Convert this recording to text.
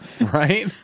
right